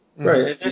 Right